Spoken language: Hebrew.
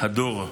הדור,